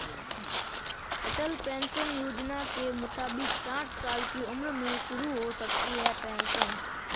अटल pension Yojana के मुताबिक साठ साल की उम्र में शुरू हो सकती है पेंशन